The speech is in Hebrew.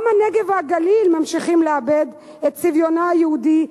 גם הנגב והגליל ממשיכים לאבד את צביונם היהודי,